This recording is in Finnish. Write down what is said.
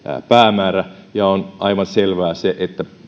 päämäärä on aivan selvää että